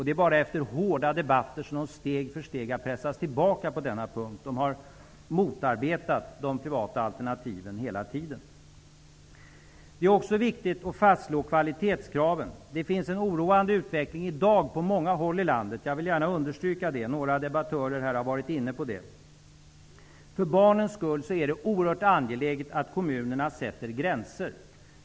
Det är bara efter hårda debatter som de steg för steg har pressats tillbaka på denna punkt. De har hela tiden motarbetat de privata alternativen. Det är också viktigt att fastslå kvalitetskraven. Det finns i dag en oroande utveckling på många håll i landet. Jag vill understryka detta, som några debattörer här har varit inne på. För barnens skull är det oerhört angeläget att kommunerna sätter gränser.